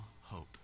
hope